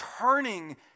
turning